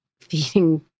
feeding